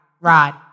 Rod